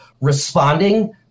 responding